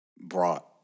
brought